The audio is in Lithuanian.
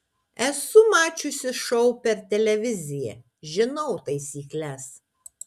esu mačiusi šou per televiziją žinau taisykles